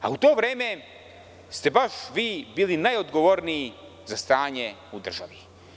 U to vreme ste baš vi bili najodgovorniji za stanje u državi.